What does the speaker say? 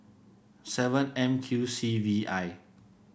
seven M Q C V I